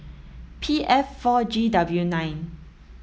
P F four G W nine